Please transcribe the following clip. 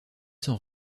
sans